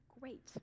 Great